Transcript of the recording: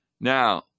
Now